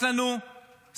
יש לנו שרים